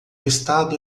estado